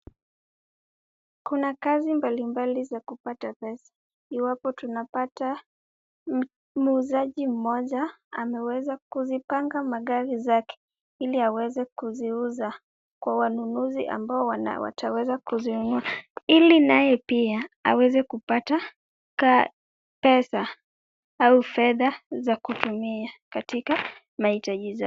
Kuna kazi mbalimbali za kupata pesa. Iwapo tunapata muuzaji mmoja ameweza kuzipanga magari zake ili aweze kuziuza kwa wanunuzi ambao wataweza kuzinunua, ili naye pia aweze kupata pesa au fedha za kutumia katika mahitaji zake.